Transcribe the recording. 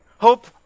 hope